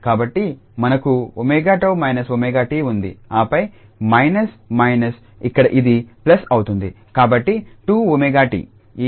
కాబట్టి మనకు 𝜔𝜏−𝜔𝑡 ఉంది ఆపై మైనస్ మైనస్ ఇక్కడ ఇది ప్లస్ అవుతుంది కాబట్టి 2𝜔𝜏